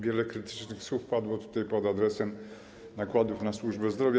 Wiele krytycznych słów padło tutaj pod adresem nakładów na służbę zdrowia.